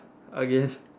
okay